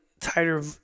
tighter